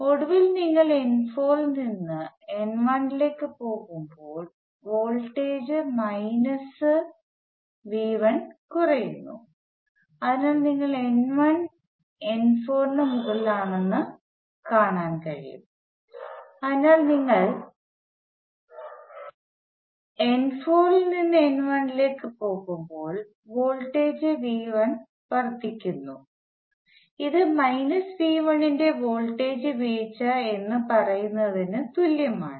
ഒടുവിൽ നിങ്ങൾ n4 ൽ നിന്ന് n1 ലേക്ക് പോകുമ്പോൾ വോൾട്ടേജ് മൈനസ് V1 കുറയുന്നു അതിനാൽ n1 n4 ന് മുകളിലാണെന്ന് നിങ്ങൾക്ക് കാണാൻ കഴിയും അതിനാൽ നിങ്ങൾ n4 ൽ നിന്ന് n1 ലേക്ക് പോകുമ്പോൾ വോൾട്ടേജ് V1 വർദ്ധിക്കുന്നു ഇത് മൈനസ് V1 ന്റെ വോൾട്ടേജ് വീഴ്ച എന്ന് പറയുന്നതിനു തുല്യമാണ്